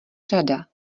řada